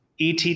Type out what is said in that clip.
ET